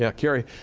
yeah cary,